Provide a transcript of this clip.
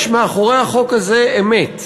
יש מאחורי החוק הזה אמת,